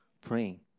praying